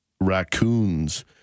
raccoons